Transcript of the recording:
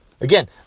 Again